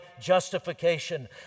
justification